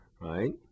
right